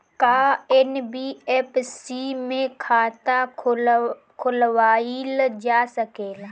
का एन.बी.एफ.सी में खाता खोलवाईल जा सकेला?